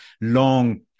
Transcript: long